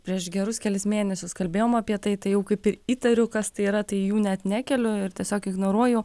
prieš gerus kelis mėnesius kalbėjom apie tai tai jau kaip įtariu kas tai yra tai jų net nekeliu ir tiesiog ignoruoju